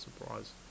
surprise